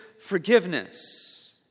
forgiveness